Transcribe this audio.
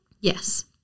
Yes